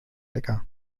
lecker